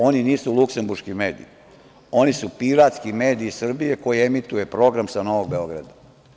Oni nisu luksemburški mediji, oni su piratski mediji iz Srbije koji emituju program sa Novog Beograda.